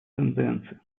тенденции